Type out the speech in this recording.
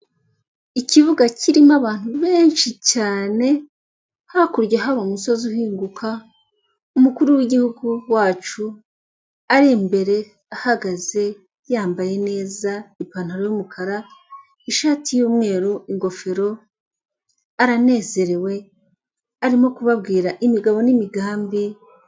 Ikibuga kirimo abantu benshi cyane, hakurya hariba umusozi uhinguka, umukuru w'gihugu wacu ari imbere ahagaze yambaye neza ipantaro y'umukara, ishati y'umweru, ingofero aranezerewe arimo kubabwira imigabo n'imigambi ye.